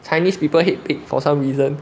chinese people hate pig for some reason